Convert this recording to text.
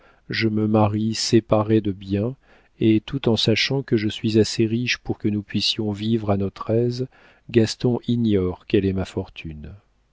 je me marie séparée de biens et tout en sachant que je suis assez riche pour que nous puissions vivre à notre aise gaston ignore quelle est ma fortune